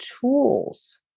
tools